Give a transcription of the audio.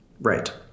Right